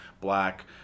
black